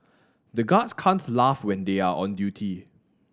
the guards can't laugh when they are on duty